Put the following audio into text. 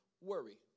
worry